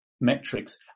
metrics